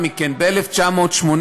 זהות?